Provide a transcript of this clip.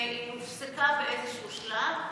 והיא הופסקה באיזשהו שלב,